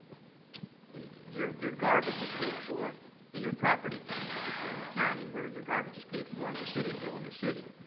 your your garbage is paid for in your property taxes if you're in the county, where your garbage is paid for on your city bill in the city,